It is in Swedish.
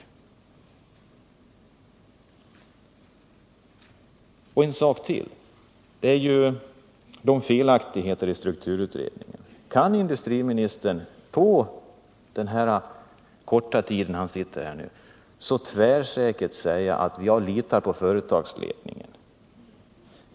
Jag vill också peka på ytterligare en fråga, nämligen de felaktigheter som förekommer i strukturutredningen. Hur kan industriministern på den korta tid han haft till förfogande så tvärsäkert säga att han litar på företagsledningen?